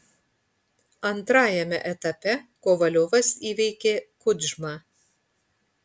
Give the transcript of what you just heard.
antrajame etape kovaliovas įveikė kudžmą